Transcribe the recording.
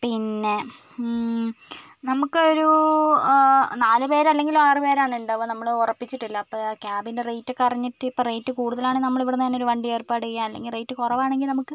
പിന്നെ നമുക്ക് ഒരു നാലുപേർ അല്ലെങ്കിൽ ആറുപേരാണ് ഉണ്ടാവുക നമ്മൾ ഉറപ്പിച്ചിട്ടില്ല അപ്പം ക്യാബിൻ്റെ റേറ്റ് ഒക്കെ അറിഞ്ഞിട്ട് ഇപ്പം റേറ്റ് കൂടുതലാണെങ്കിൽ നമ്മൾ ഇവിടുന്ന് തന്നെ ഒരു വണ്ടി ഏർപ്പാട് ചെയ്യാം അല്ലെങ്കിൽ റേറ്റ് കുറവാണെങ്കിൽ നമുക്ക്